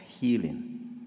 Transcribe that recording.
healing